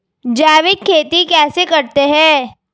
जैविक खेती कैसे करते हैं?